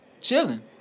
chilling